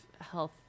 health